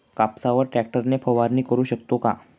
कापसावर ट्रॅक्टर ने फवारणी करु शकतो का?